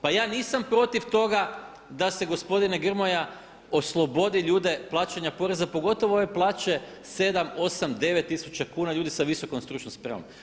Pa ja nisam protiv toga da se, gospodine Grmoja, oslobodi ljude plaćanja poreza, pogotovo ove plaće 7, 8, 9 tisuća kuna ljudi sa visokom stručnom spremom.